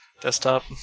desktop